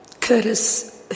Curtis